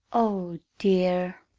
oh, dear!